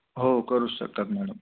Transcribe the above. हो करू शकतात मॅडम